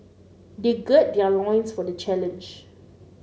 they gird their loins for the challenge